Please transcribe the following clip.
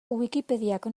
wikipediak